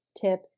tip